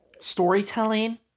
Storytelling